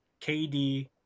KD